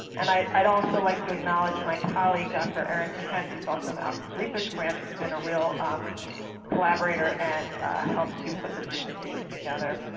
and i'd i'd also like to acknowledge my colleague, dr. erin kent, who's also in the outcomes research branch, who's been a real collaborator and help to put this presentation together.